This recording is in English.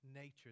nature